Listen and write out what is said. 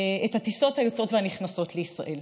את הטיסות היוצאות והנכנסות לישראל.